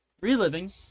reliving